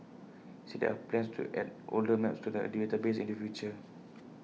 said there are plans to add older maps to the A database in the future